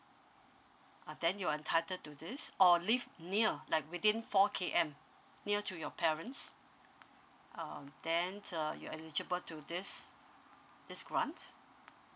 uh then you are entitled to this or live near like within four K_M near to your parents um then uh you're eligible to this this grant